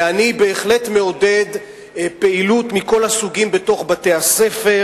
ואני בהחלט מעודד פעילות מכל הסוגים בתוך בתי-הספר